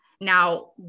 Now